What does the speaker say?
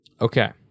Okay